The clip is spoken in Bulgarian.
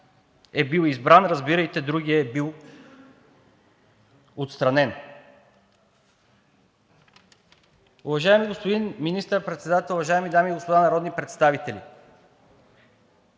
е бил избран, разбирайте – другият е бил отстранен. Уважаеми господин Министър-председател, уважаеми дами и господа народни представители!